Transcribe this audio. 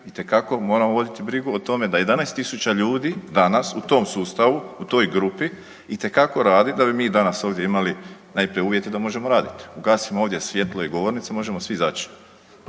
itekako moramo vidjeti brigu o tome da 11.000 ljudi, danas u tom sustavu, u toj grupi itekako radi da bi mi danas ovdje imali najprije uvjete da možemo radit. Ugasimo ovdje svjetlo i govornicu i možemo svi izać,